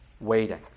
waiting